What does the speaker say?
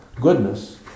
goodness